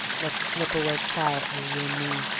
let's slip away quietly, you and me,